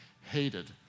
hated